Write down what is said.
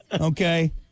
Okay